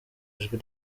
ijwi